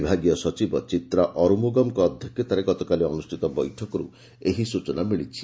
ବିଭାଗୀୟ ସଚିବ ଚିତ୍ରା ଅରୁମୁଗମଙ୍କ ଅଧ୍ଧକ୍ଷତାରେ ଗତକାଲି ଅନୁଷ୍ଟିତ ବୈଠକରୁ ଏହି ସୂଚନା ମିଳିଛି